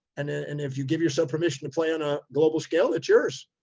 and, ah and if you give yourself permission to play on a global scale, it's yours.